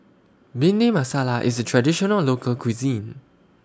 Bhindi Masala IS A Traditional Local Cuisine